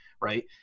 right